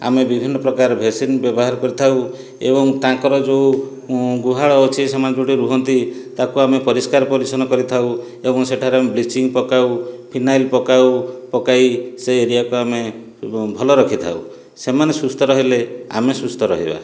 ଆମେ ବିଭିନ୍ନ ପ୍ରକାର ଭେକସିନ ବ୍ୟବହାର କରିଥାଉ ଏବଂ ତାଙ୍କର ଯେଉଁ ଗୁହାଳ ଅଛି ସେମାନେ ଯେଉଁଠି ରୁହନ୍ତି ତାକୁ ଆମେ ପରିସ୍କାର ପରିଚ୍ଛନ କରିଥାଉ ଏବଂ ସେଠାରେ ଆମେ ବ୍ଲିଚିଙ୍ଗ ପକାଉ ଫିନାଇଲ୍ ପକାଉ ପକାଇ ସେ ଏରିଆକୁ ଆମେ ଭଲ ରଖି ଥାଉ ସେମାନେ ସୁସ୍ଥ ରହିଲେ ଆମେ ସୁସ୍ଥ ରହିବା